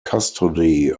custody